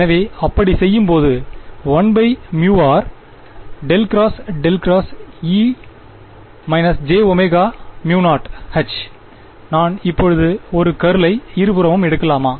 எனவே அப்படி செய்யும்போது 1μr ∇×∇ ×E jω0Hநான் இப்போது ஒரு கர்ளை இருபுறமும் எடுக்கலாமா